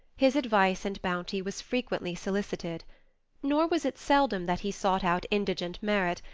his advice and bounty was frequently solicited nor was it seldom that he sought out indigent merit,